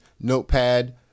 notepad